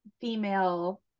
female